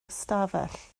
ystafell